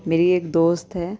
میری ایک دوست ہے